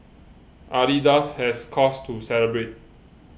adidas has cause to celebrate